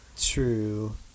True